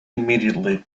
immediately